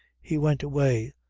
he went away,